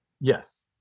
Yes